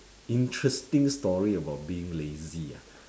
interesting story about being lazy ah